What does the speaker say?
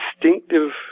instinctive